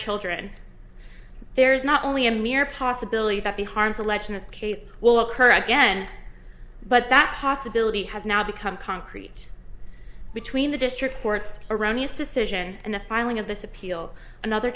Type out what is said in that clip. children there is not only a mere possibility that the harm selectionist case will occur again but that possibility has now become concrete between the district court's erroneous decision and the filing of this appeal another